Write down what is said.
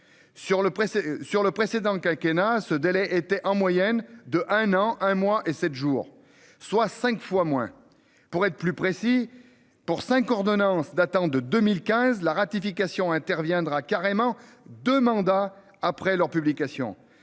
sur le précédent quinquennat ce délai était en moyenne de un an, un mois et sept jours soit 5 fois moins pour être plus précis pour cinq ordonnance datant de 2015, la ratification interviendra carrément de. Après leur publication